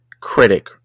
Critic